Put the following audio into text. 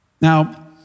Now